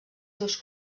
seus